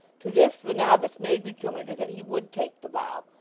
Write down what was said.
to this the novice made rejoinder, that he would take the vow,